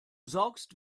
saugst